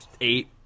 eight